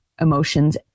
emotions